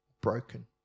broken